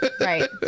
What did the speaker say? Right